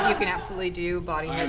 ah can absolutely do body um